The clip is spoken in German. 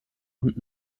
und